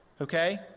Okay